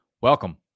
Welcome